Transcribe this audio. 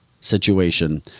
situation